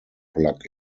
plug